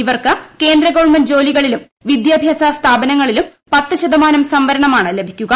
ഇവർക്ക് കേന്ദ്രഗവൺമെന്റ് ജോലികളിലും വൃദ്യൂട്ട്ടൂർസ സ്ഥാപനങ്ങളിലും പത്ത് ശതമാനം സംവരണമാണ് ലൂട്ടിക്കുക